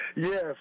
Yes